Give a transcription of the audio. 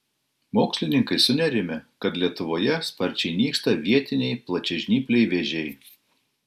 mokslininkai sunerimę kad lietuvoje sparčiai nyksta vietiniai plačiažnypliai vėžiai